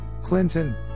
Clinton